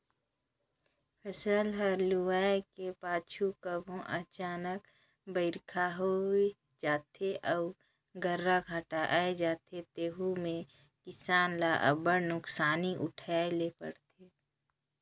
फसिल हर लुवाए कर पाछू कभों अनचकहा बरिखा होए जाथे अउ गर्रा घांटा आए जाथे तेहू में किसान ल अब्बड़ नोसकानी उठाए ले परथे